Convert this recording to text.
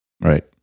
right